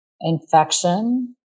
infection